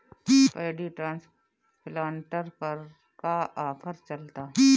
Paddy transplanter पर का offer चलता?